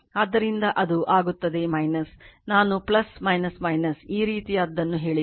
ಆದ್ದರಿಂದ ಅದು ಆಗುತ್ತದೆ ನಾನು ಈ ರೀತಿಯದ್ದನ್ನು ಹೇಳಿದೆ